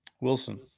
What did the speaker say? Wilson